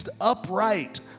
upright